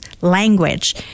language